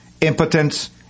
impotence